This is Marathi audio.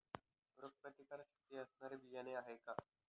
रोगप्रतिकारशक्ती असणारी बियाणे आहे का?